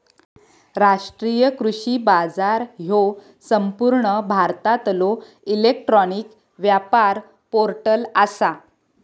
राष्ट्रीय कृषी बाजार ह्यो संपूर्ण भारतातलो इलेक्ट्रॉनिक व्यापार पोर्टल आसा